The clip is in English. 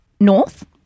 North